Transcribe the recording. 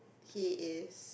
he is